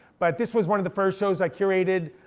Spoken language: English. but this was one of the first shows i curated.